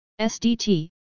SDT